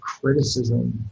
criticism